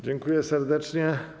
Dziękuję serdecznie.